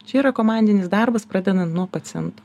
čia yra komandinis darbas pradedant nuo paciento